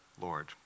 Lord